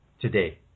today